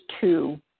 two